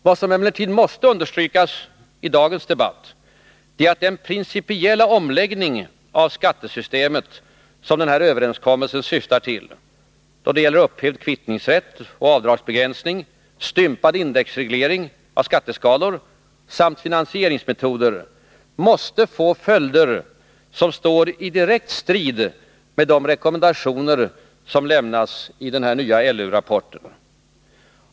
Vad som emellertid måste understrykas i dagens debatt är att den principiella omläggning av skattesystemet som överenskommelsen syftar till då det gäller upphävd kvittningsrätt och avdragsbegränsning, stympad indexreglering av skatteskalor samt finansieringsmetoder måste få följder som står i direkt strid med de rekommendationer som lämnas i den här nya LU-rapporten.